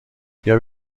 بیا